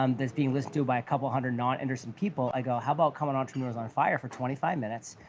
um that's being listened to by a couple hundred not-interested people. i go, how about coming entrepreneurs on fire for twenty five minutes.